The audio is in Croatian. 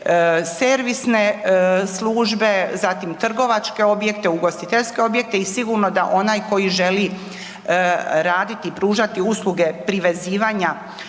servisne službe, zatim trgovačke objekte, ugostiteljske objekte i sigurno da onaj koji želi raditi i pružati usluge privezivanja